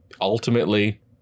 ultimately